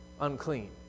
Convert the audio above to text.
unclean